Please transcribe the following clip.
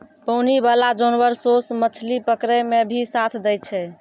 पानी बाला जानवर सोस मछली पकड़ै मे भी साथ दै छै